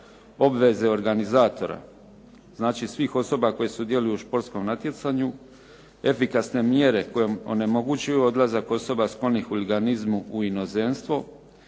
obveze organizatora, znači svih osoba koje sudjeluju u športskom natjecanju, efikasne mjere koje onemogućuju odlazak osoba sklonih hulaginizmu u inozemstvo,